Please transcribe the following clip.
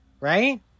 Right